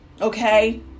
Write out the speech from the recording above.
okay